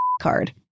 card